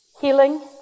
healing